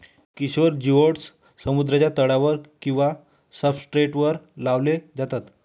किशोर जिओड्स समुद्राच्या तळावर किंवा सब्सट्रेटवर लावले जातात